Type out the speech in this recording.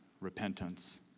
repentance